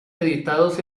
editados